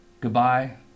Goodbye